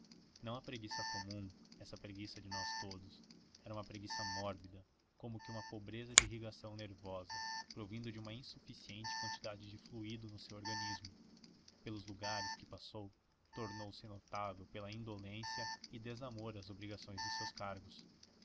não a preguiça comum essa preguiça de nós todos era uma preguiça mórbida como que uma pobreza de irrigação nervosa provinda de uma insuficiente quantidade de fluido no seu organismo pelos lugares que passou tornou-se notável pela indolência e desamor às obrigações dos seus cargos